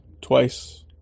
twice